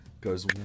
goes